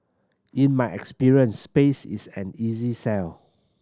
in my experience space is an easy sell